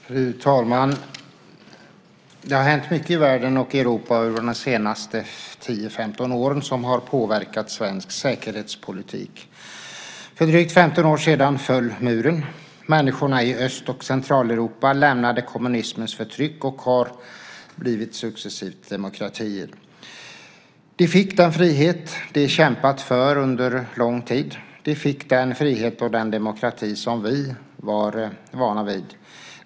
Fru talman! Det har hänt mycket i världen och Europa de senaste 10-15 åren som har påverkat svensk säkerhetspolitik. För drygt 15 år sedan föll muren. Människorna i Öst och Centraleuropa lämnade kommunismens förtryck och har successivt blivit demokratier. De fick den frihet de kämpat för under lång tid. De fick den frihet och den demokrati som vi var vana vid.